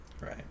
Right